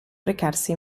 recarsi